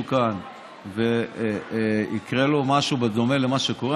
כאן ויקרה לו משהו דומה למה שקורה,